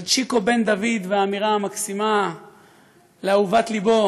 על צ'יקו בן דוד והאמירה המקסימה לאהובת ליבו: